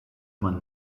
man